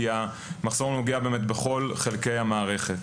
כי המחסור נוגע בכל חלקי המערכת.